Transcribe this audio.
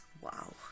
Wow